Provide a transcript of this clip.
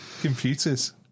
Computers